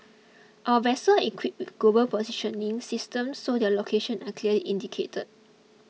our vessel equipped with global positioning systems so their locations are clearly indicated